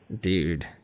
Dude